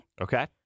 Okay